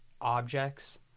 objects